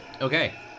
Okay